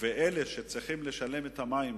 אלה שצריכים לשלם את חשבונות המים,